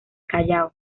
callao